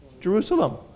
Jerusalem